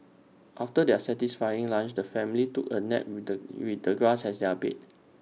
after their satisfying lunch the family took A nap with the with the grass as their bed